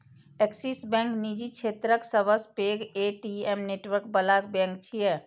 Axis Bank निजी क्षेत्रक सबसं पैघ ए.टी.एम नेटवर्क बला बैंक छियै